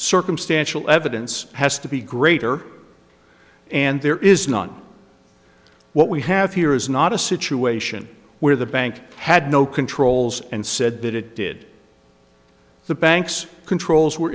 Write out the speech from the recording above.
circumstantial evidence has to be greater and there is none what we have here is not a situation where the bank had no controls and said that it did the bank's controls were